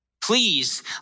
Please